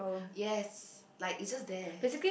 yes like it's just there